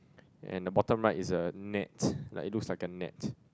and the bottom right is a net like it looks like a net